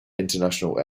international